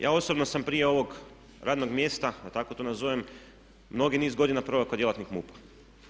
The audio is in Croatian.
Ja osobno sam prije ovog radnog mjesta, da tako to nazovem, mnogi niz godina proveo kao djelatnik MUP-a.